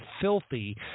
filthy